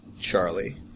Charlie